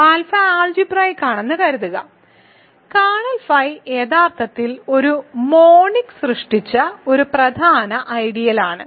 alpha algebraic ആണെന്ന് കരുതുക kernel phi യഥാർത്ഥത്തിൽ ഒരു മോണിക് സൃഷ്ടിച്ച ഒരു പ്രധാന ഐഡിയൽ ആണ്